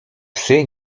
psy